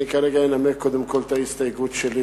אני כרגע אנמק קודם כול את ההסתייגות שלי